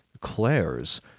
Claire's